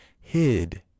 hid